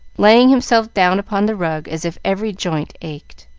laying himself down upon the rug as if every joint ached.